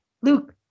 Luke